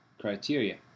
criteria